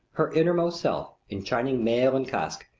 her inmost self, in shining mail and casque,